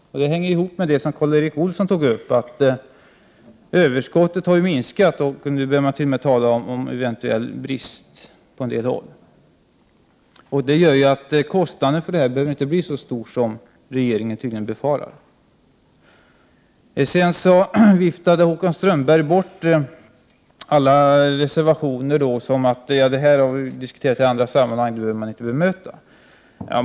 Det hänger ihop med det som Karl Erik Olsson tog upp, nämligen att överskottet har minskat och att man nu t.o.m. börjar tala om eventuell brist på en del håll. Det gör ju att kostnaden inte behöver bli så stor som regeringen tydligen befarar. Sedan viftade Håkan Strömberg bort alla reservationer med att det som tas upp där har diskuterats i andra sammanhang och därför inte behöver bemötas.